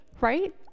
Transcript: right